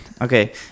Okay